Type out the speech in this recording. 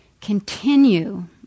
continue